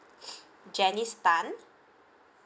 janice tan